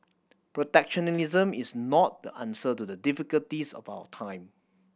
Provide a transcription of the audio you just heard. protectionism is not the answer to the difficulties of our time